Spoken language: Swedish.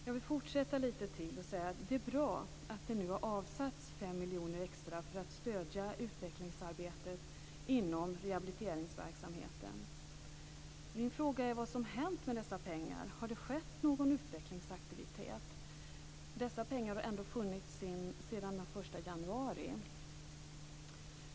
Jag vill fortsätta lite till och säga att det är bra att det nu har avsatts 5 miljoner kronor extra för att stödja utvecklingsarbetet inom rehabiliteringsverksamheten. Min fråga är vad som har hänt med dessa pengar. Har det skett någon utvecklingsaktivitet? Dessa pengar har ändå funnits sedan den 1 januari.